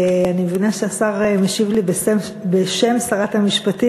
אני מבינה שהשר משיב לי בשם שרת המשפטים,